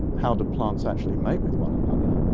how do plants actually mate with one another?